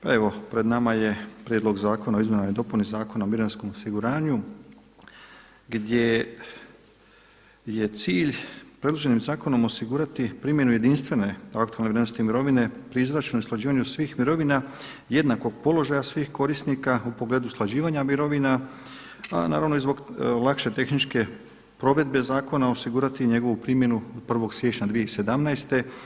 Pa evo pred nama je Prijedlog zakona o izmjenama i dopuni Zakona o mirovinskom osiguranju gdje je cilj predviđenim zakonom osigurati primjenu jedinstvene aktualne vrijednosti mirovine pri izračunu i usklađivanju svih mirovina, jednakog položaja svih korisnika u pogledu usklađivanja mirovina a naravno i zbog lakše tehničke provedbe zakona osigurati njegovu primjenu od 1. siječnja 2017.